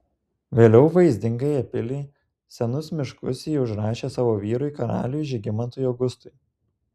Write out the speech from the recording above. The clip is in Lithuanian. vėliau vaizdingąją pilį senus miškus ji užrašė savo vyrui karaliui žygimantui augustui